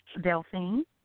Delphine